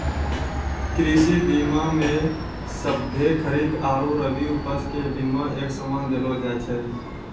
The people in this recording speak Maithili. कृषि बीमा मे सभ्भे खरीक आरु रवि उपज के बिमा एक समान देलो जाय छै